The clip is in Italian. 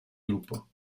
gruppo